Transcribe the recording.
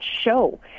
show